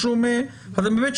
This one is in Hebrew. אני מבקש